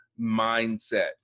mindset